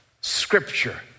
scripture